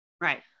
Right